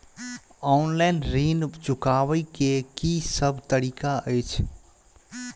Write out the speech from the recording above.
Online ऋण चुकाबै केँ की सब तरीका अछि?